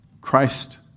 Christ